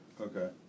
Okay